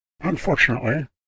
Unfortunately